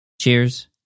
Cheers